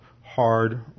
hard